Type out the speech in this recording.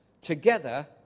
together